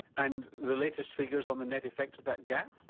and the latest figures on the net effect of that gap?